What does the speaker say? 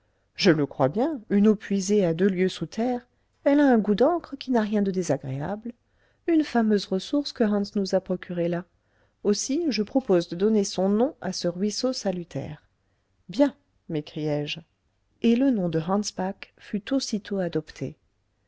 je le crois bien une eau puisée à deux lieues sous terre elle a un goût d'encre qui n'a rien de désagréable une fameuse ressource que hans nous a procurée là aussi je propose de donner son nom à ce ruisseau salutaire bien m'écriai-je et le nom de hans bach fut aussitôt adopté